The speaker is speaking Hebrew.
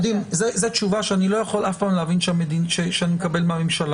--- זו תשובה שאני לא יכול אף פעם להבין שאני מקבל מהממשלה.